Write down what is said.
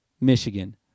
Michigan